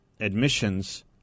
admissions